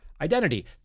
identity